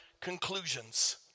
conclusions